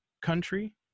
country